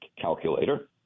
calculator